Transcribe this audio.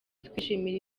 twishimira